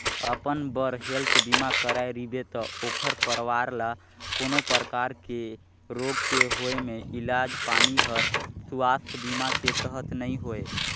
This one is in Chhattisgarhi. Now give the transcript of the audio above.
अपन बर हेल्थ बीमा कराए रिबे त ओखर परवार ल कोनो परकार के रोग के होए मे इलाज पानी हर सुवास्थ बीमा के तहत नइ होए